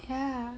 ya